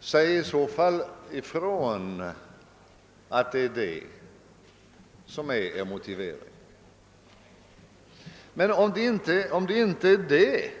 Säg i så fall ifrån att detta är motiveringen! Men om det inte är motiveringen,